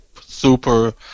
super